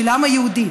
של העם היהודי.